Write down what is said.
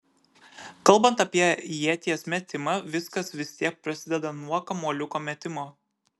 kalbant apie ieties metimą viskas vis tiek prasideda nuo kamuoliuko metimo